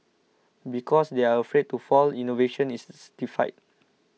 because they are afraid to fail innovation is stifled